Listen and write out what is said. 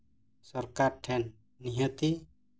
ᱥᱚᱨᱠᱟᱨ ᱴᱷᱮᱱ ᱱᱤᱦᱟᱹᱛᱤ